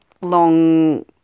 long